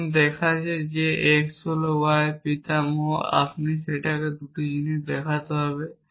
এখন দেখাতে যে x হল y এর পিতামহ আপনাকে সেই দুটি জিনিস দেখাতে হবে